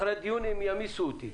אחרי הדיון הן ימיסו אותי.